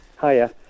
hiya